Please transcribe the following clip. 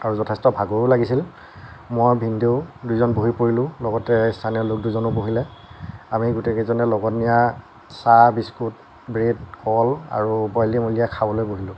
আৰু যথেষ্ট ভাগৰো লাগিছিল মই ভিনদেউ দুয়োজন বহি পৰিলোঁ লগতে স্থানীয় লোক দুজনো বহিলে আমি গোটেই কেইজনে লগত নিয়া চাহ বিস্কুট ব্ৰেড কল আৰু বইল ডিম উলিয়াই খাবলৈ বহিলোঁ